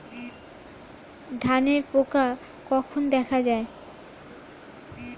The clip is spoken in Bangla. ধানের পোকা কখন দেখা দেয়?